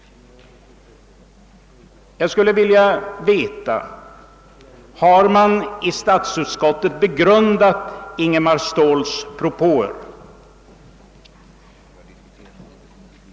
Jag skulle vilja veta, om man inom statsutskottet har begrundat Ingemar Ståhls propåer.